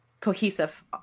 cohesive